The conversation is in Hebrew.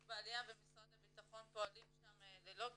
בעליה" ומשרד הביטחון פועל שם ללא קשר,